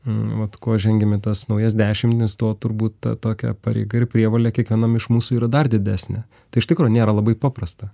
vat kuo žengiam į tas naujas dešimtis tuo turbūt ta tokia pareiga ir prievolė kiekvienam iš mūsų yra dar didesnė tai iš tikro nėra labai paprasta